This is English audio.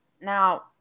Now